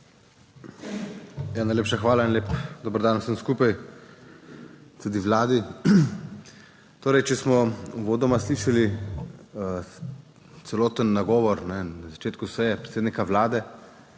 hvala in lep dober dan vsem skupaj, tudi vladi. Torej, če smo uvodoma slišali celoten nagovor na začetku seje predsednika Vlade,